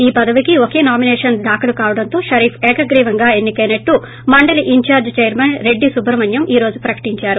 ఈ పదవికో ఒకే నామినేషన్ దాఖలు కావడంతో షరీఫ్ ఏకగ్రీవంగా ఏన్సి కైసట్లు మండలి ఇన్ఛార్ట్ చైర్మన్ రెడ్డి సుబ్రహ్మణ్వం ప్రకటించారు